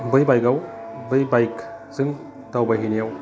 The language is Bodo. बै बाइकआव बै बाइकजों दावबायहैनायाव